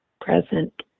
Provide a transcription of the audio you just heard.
present